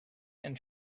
and